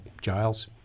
Giles